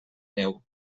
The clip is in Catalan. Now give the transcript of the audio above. neu